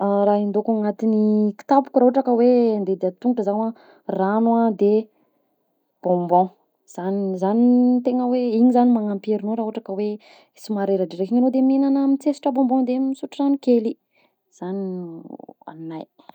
Raha hindaoko agnatin'ny kitapoko raha ohatra ka hoe andeha dia an-tongotra zaha a ragno a de bonbon, zany zagny no tegna hoe igny zany magnampy herinao raha ohatra ka somary rera-dreka igny anao de mihignana mitsetsitra bonbon, de misotro ragno kely, zany no hindaoko gn'anahy.